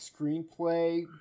screenplay